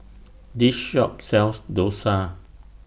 This Shop sells Dosa